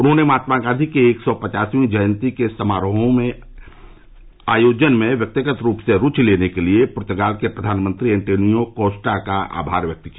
उन्होंने महात्मा गांधी के एक सौ पचासवीं जयंती के समारोहो के आयोजन में व्यक्तिगत रूप से रूचि लेने के लिए पुर्तगाल के प्रधानमंत्री एन्तोनियो कोस्टा का आभार व्यक्त किया